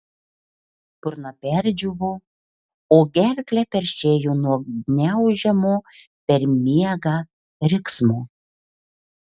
burna perdžiūvo o gerklę peršėjo nuo gniaužiamo per miegą riksmo